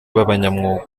b’abanyamwuga